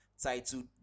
Titled